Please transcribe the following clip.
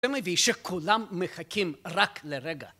זה מביא שכולם מחכים רק לרגע.